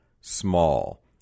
small